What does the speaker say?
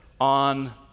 on